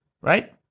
right